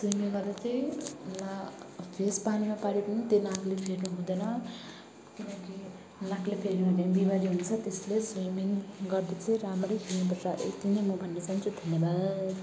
swimming गर्दा चाहिँ ला फेस पानीमा पार्यो भने त्यो नाकले फेर्नुहुँदैन किनकि नाकले फेर्यो भने बिमारी हुन्छ त्यसले स्विमिङ गर्दा चाहिँ राम्ररी खेल्नुपर्छ यति नै म भन्न चाहन्छु धन्यवाद